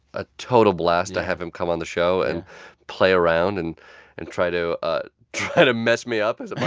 a total blast to have him come on the show and play around and and try to ah try to mess me up as but